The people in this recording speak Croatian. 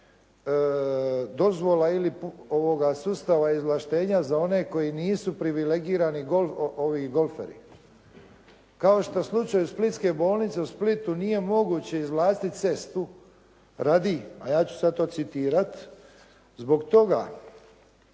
dozvola ili sustava izvlaštenja za one koji nisu privilegirani golferi. Kao što u slučaju splitske bolnice u Splitu nije moguće izvlastiti cestu radi, a ja ću sad to citirati: "zbog toga